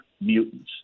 mutants